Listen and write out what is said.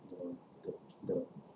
the the the